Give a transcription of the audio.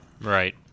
Right